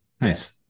nice